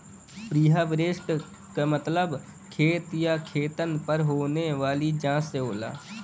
preharvest क मतलब खेत या खेतन पर होने वाली जांच से होला